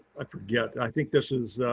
i forget, i think this is